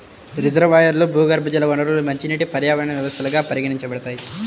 రిజర్వాయర్లు, భూగర్భజల వనరులు మంచినీటి పర్యావరణ వ్యవస్థలుగా పరిగణించబడతాయి